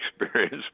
experience